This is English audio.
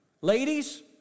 Ladies